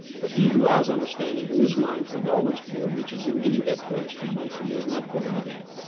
but he who has understanding who is mindful and always pure reaches indeed that place from whence he is not born again.